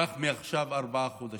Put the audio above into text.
קח מעכשיו ארבעה חודשים,